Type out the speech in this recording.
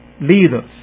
leaders